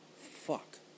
fuck